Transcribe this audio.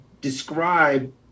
describe